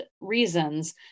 reasons